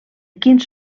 quins